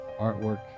artwork